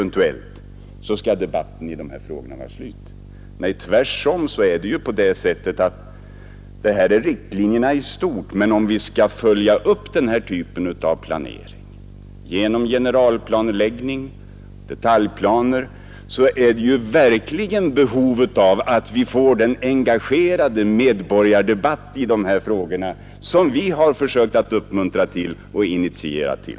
Nej, det är tvärtom så att detta är riktlinjerna i stort, men om vi skall följa upp den här typen av planering genom generalplanering och detaljplaner finns det verkligen behov av att vi får den engagerade medborgardebatt i dessa frågor som vi har försökt uppmuntra och initiera.